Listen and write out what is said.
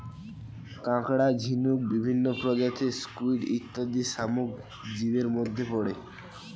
কাঁকড়া, ঝিনুক, বিভিন্ন প্রজাতির স্কুইড ইত্যাদি সামুদ্রিক জীবের মধ্যে পড়ে